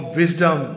wisdom